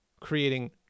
Creating